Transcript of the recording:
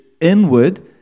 inward